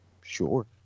Sure